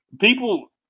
people